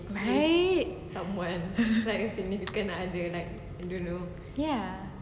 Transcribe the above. right ya